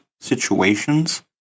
situations